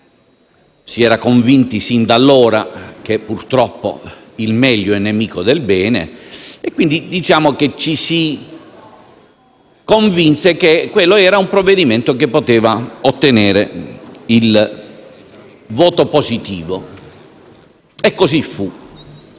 si era convinti sin da allora che purtroppo il meglio è nemico del bene e quindi, diciamo che ci si convinse che quello era un provvedimento che poteva ottenere il voto positivo. E così fu.